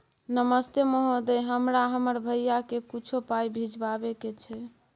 नमस्ते महोदय, हमरा हमर भैया के कुछो पाई भिजवावे के छै?